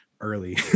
early